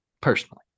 Personally